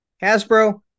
Hasbro